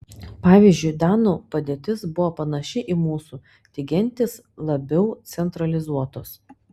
pavyzdžiui danų padėtis buvo panaši į mūsų tik gentys labiau centralizuotos